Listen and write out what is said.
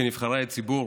כנבחרי הציבור